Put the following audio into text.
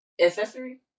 Accessory